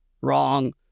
Wrong